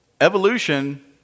evolution